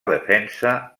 defensa